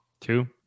Two